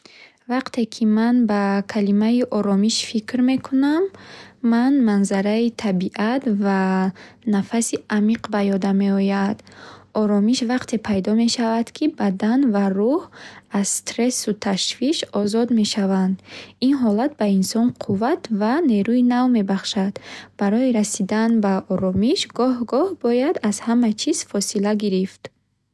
Вақте ки ман ба калимаи оромиш фикр мекунам, ман манзараи табиат ва нафаси амиқ ба ёдам меояд. Оромиш вақте пайдо мешавад, ки бадан ва рӯҳ аз стрессу ташвиш озод мешаванд. Ин ҳолат ба инсон қувват ва нерӯи нав мебахшад. Барои расидан ба оромиш, гоҳ-гоҳ бояд аз ҳама чиз фосила гирифт.